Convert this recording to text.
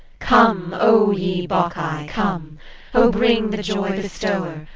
come, o ye bacchae, come oh, bring the joy-bestower,